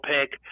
pick